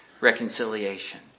Reconciliation